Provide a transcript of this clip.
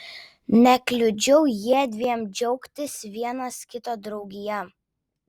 nekliudžiau jiedviem džiaugtis vienas kito draugija